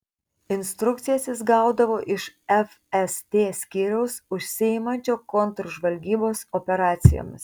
instrukcijas jis gaudavo iš fst skyriaus užsiimančio kontržvalgybos operacijomis